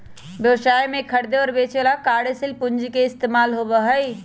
व्यवसाय में खरीदे और बेंचे ला कार्यशील पूंजी के इस्तेमाल होबा हई